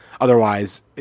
Otherwise –